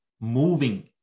moving